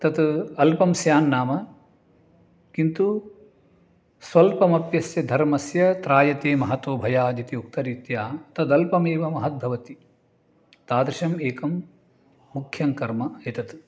तत् अल्पस्यान्नाम किन्तु स्वल्पमप्यस्य धर्मस्य त्रायते महतो भयादिति उक्तं रीत्या तदल्पमेवं महद्भवति तादृशम् एकं मुख्यं कर्म एतत्